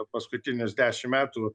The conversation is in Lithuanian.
paskutinius dešimt metų